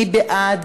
מי בעד?